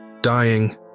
Dying